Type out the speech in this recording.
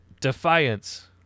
Defiance